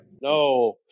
No